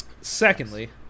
Secondly